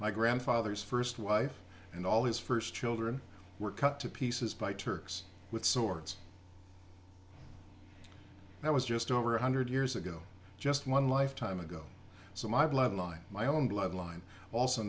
my grandfather's first wife and all his first children were cut to pieces by turks with swords that was just over one hundred years ago just one lifetime ago so my bloodline my own bloodline also